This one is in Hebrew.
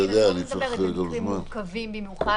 ואני לא מדברת על מקרים מורכבים במיוחד.